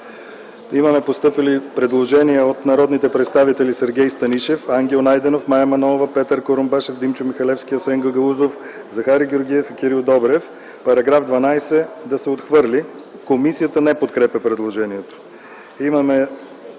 Имаме постъпили предложения от народните представители Сергей Станишев, Ангел Найденов, Мая Манолова, Петър Курумбашев, Димчо Михалевски, Асен Гагаузов, Захари Георгиев и Кирил Добрев – параграф 12 да се отхвърли. Комисията не подкрепя предложението.